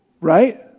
Right